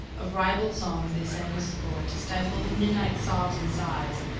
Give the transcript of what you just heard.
of ribald songs they sang a score to stifle the midnight sobs and sighs,